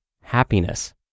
happiness